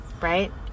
Right